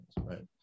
right